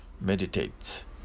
meditates